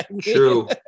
True